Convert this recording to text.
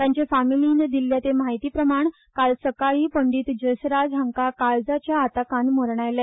तांचे फामिलींत दिल्या ते म्हायती प्रमाण काल सकाळी पंडित ज्यसराज हांका काळजाच्या आताकान मरण आयले